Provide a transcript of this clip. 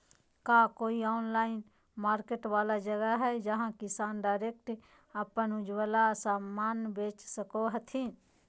का कोई online market वाला जगह हइ जहां किसान डायरेक्ट अप्पन उपजावल समान बेच सको हथीन?